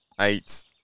eight